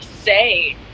say